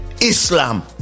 Islam